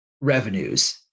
revenues